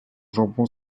jambon